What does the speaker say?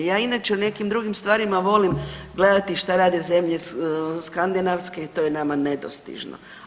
Ja inače o nekim drugim stvarima volim gledati što rade zemlje skandinavske i to je nama nedostižno.